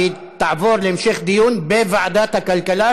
והיא תעבור להמשך דיון בוועדת הכלכלה,